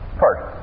first